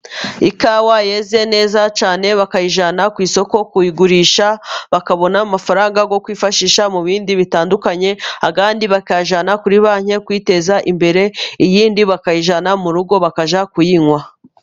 Ikawa yeze neza cyane bakayijyana ku isoko kuyigurisha, bakabona amafaranga yo kwifashisha mu bindi bitandukanye, andi bakayajyana kuri banki kuyiteza imbere, iyindi bakayijyana mu rugo bakajya kuyinywa.